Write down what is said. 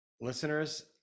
listeners